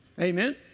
Amen